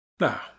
Now